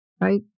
Right